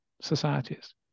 societies